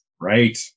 Right